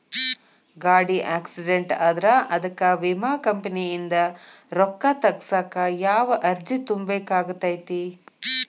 ಗಾಡಿ ಆಕ್ಸಿಡೆಂಟ್ ಆದ್ರ ಅದಕ ವಿಮಾ ಕಂಪನಿಯಿಂದ್ ರೊಕ್ಕಾ ತಗಸಾಕ್ ಯಾವ ಅರ್ಜಿ ತುಂಬೇಕ ಆಗತೈತಿ?